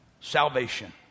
salvation